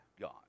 God